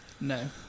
No